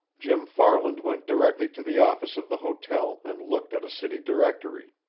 jim farland went directly to the office of the hotel and looked at a city directory.